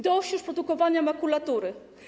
Dość już produkowania makulatury.